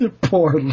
Poor